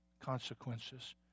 consequences